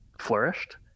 flourished